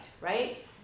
right